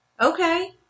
Okay